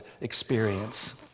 experience